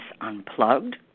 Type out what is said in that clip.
Unplugged